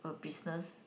a business